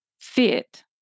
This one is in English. fit